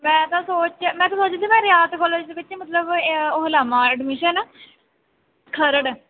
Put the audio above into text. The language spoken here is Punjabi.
ਮੈਂ ਤਾਂ ਸੋਚ ਮੈਂ ਤਾਂ ਸੋਚਦੀ ਸੀ ਮੈਂ ਰਿਆਤ ਕੋਲਜ ਵਿੱਚ ਮਤਲਬ ਉਹ ਲਵਾਂ ਐਡਮਿਸ਼ਨ ਖਰੜ